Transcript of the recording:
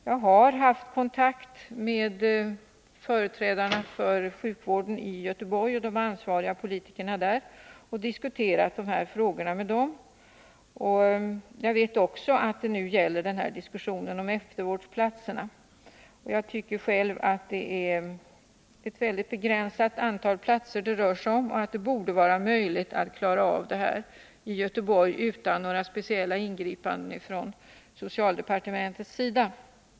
Jag har haft kontakt med företrädarna för sjukvården i Göteborg och de ansvariga politikerna där och diskuterat dessa frågor med dem. Jag vet också att det nu pågår en diskussion om eftervårdsplatserna. Själv tycker jag att det är ett mycket begränsat antal platser som det rör sig om och att det borde vara möjligt att klara av den frågan utan några speciella ingripanden från socialdepartementets sida.